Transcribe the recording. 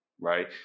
right